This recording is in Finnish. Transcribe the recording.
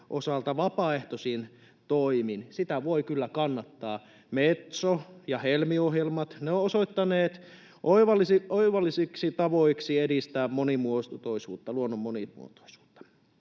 osalta vapaaehtoisin toimin. Sitä voi kyllä kannattaa. Metso- ja Helmi-ohjelmat: ne ovat osoittautuneet oivallisiksi tavoiksi edistää luonnon monimuotoisuutta.